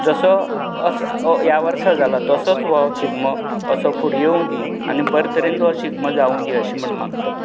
जसो अस ह्या वर्सा जाला तसोच हो शिगमो असो फुडें येवूं दी आनी बरें तरेन वो शिगमो जावूं दी अशे तरेन मागतात